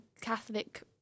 Catholic